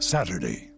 Saturday